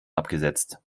abgesetzt